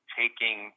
taking